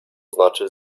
znaczy